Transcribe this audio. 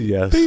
Yes